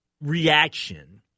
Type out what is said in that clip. reaction